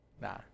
Nah